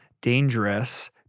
dangerous